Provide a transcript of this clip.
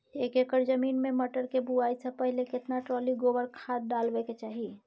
एक एकर जमीन में मटर के बुआई स पहिले केतना ट्रॉली गोबर खाद डालबै के चाही?